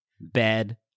bed